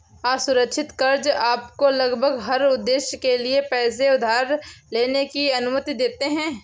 असुरक्षित कर्ज़ आपको लगभग हर उद्देश्य के लिए पैसे उधार लेने की अनुमति देते हैं